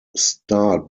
start